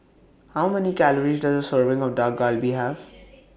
How Many Calories Does A Serving of Dak Galbi Have